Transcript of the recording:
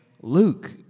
Luke